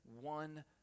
one